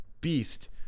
beast